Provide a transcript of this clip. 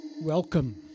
Welcome